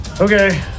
Okay